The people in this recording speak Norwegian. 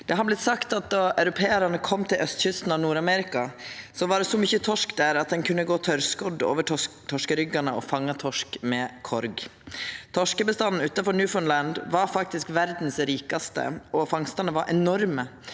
då europearane kom til austkysten av Nord-Amerika, var det så mykje torsk der at ein kunne gå tørrskodd over torskeryggane og fanga torsk med korg. Torskebestanden utanfor Newfoundland var faktisk den rikaste i verda, og fangstane var enorme,